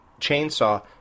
chainsaw